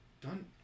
done